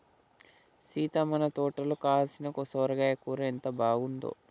సీత మన తోటలో కాసిన సొరకాయ కూర ఎంత బాగుందో